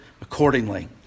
accordingly